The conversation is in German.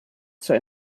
zur